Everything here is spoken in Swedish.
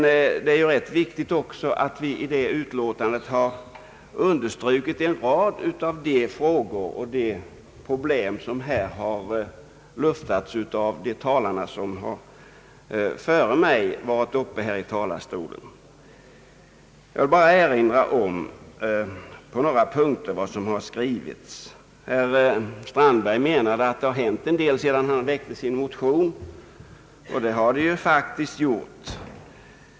Viktigt är också att vi i utskottsutlåtandet har understrukit en rad av de frågor och problem, som har luftats av de talare som före mig varit uppe i talarstolen. Jag vill bara erinra om vad som på några punkter har skrivits. Herr Strandberg menade att det har hänt en del sedan han väckte sin motion. Det har det ju faktiskt gjort.